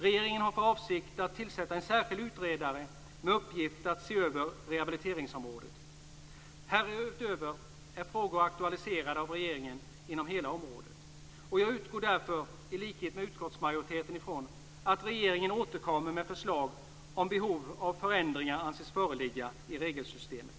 Regeringen har för avsikt att tillsätta en särskild utredare med uppgift att se över rehabiliteringsområdet. Härutöver är frågor aktualiserade av regeringen inom hela området. Jag utgår därför, i likhet med utskottsmajoriteten, från att regeringen återkommer med förslag om behov av förändringar anses föreligga i regelsystemet.